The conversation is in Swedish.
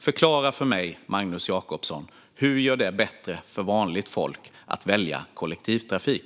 Förklara för mig, Magnus Jacobsson, hur det gör det lättare för vanligt folk att välja kollektivtrafik!